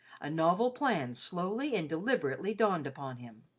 a novel plan slowly and deliberately dawned upon him.